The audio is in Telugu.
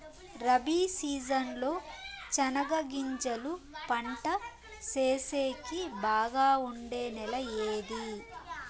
రబి సీజన్ లో చెనగగింజలు పంట సేసేకి బాగా ఉండే నెల ఏది?